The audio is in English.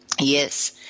Yes